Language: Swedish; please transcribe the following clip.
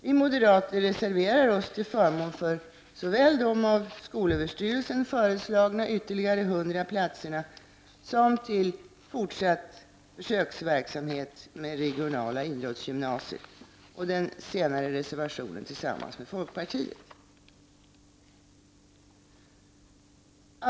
Vi moderater reserverar oss till förmån såväl för de av SÖ föreslagna ytterligare 100 platserna som för fortsatt försöksverksamhet med regionala idrottsgymnasier — i den senare reservationen tillsammans med folkpartiet.